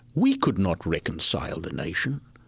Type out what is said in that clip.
we could not reconcile the nation.